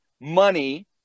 money